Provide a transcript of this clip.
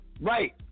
Right